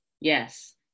yes